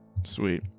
Sweet